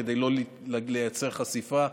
כדי לא לייצר חשיפה,